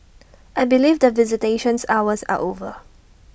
I believe that visitations hours are over